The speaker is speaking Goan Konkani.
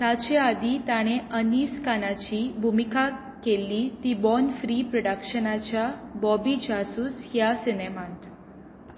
ताचे आदीं ताणें अनीस खानाची भुमिका केल्ली ती बॉर्न फ्री प्रॉडक्शन्साच्या बॉबी जासूस ह्या सिनेमांत